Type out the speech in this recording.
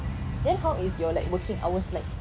then how is your like working hours like